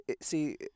see